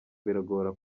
biragora